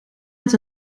met